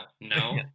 No